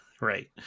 Right